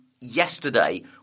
yesterday